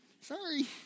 Sorry